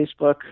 Facebook